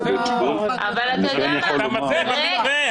השאלה איך אתה מתנה במתווה.